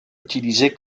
utilisé